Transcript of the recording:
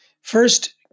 First